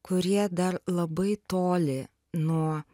kurie dar labai toli nuo